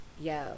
yo